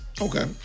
Okay